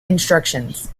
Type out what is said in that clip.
instructions